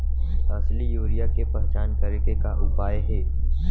असली यूरिया के पहचान करे के का उपाय हे?